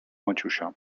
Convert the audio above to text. maciusia